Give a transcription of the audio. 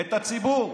את הציבור,